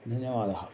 धन्यवादः